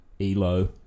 Elo